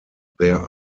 there